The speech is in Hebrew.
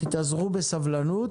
תתאזרו בסבלנות.